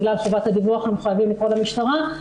בגלל חובת הדיווח אנחנו חייבים לקרוא למשטרה.